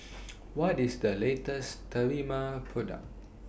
What IS The latest Sterimar Product